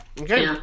Okay